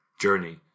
journey